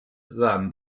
than